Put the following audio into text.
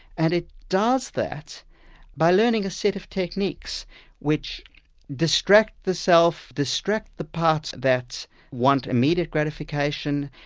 and it does that by learning a set of techniques which distract the self, distract the parts that want immediate gratification,